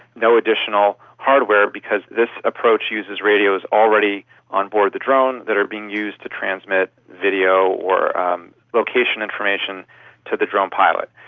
no additional hardware because this approach uses radios already on board the drone that are being used to transmit video or location information to the drone pilot.